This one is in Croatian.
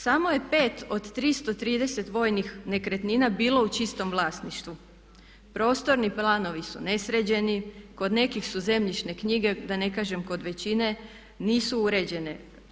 Samo je 5 od 330 vojnih nekretnina bilo u čistom vlasništvu, prostorni planovi su nesređeni, kod nekih zemljišne knjige, da ne kažem kod većine, nisu uređene.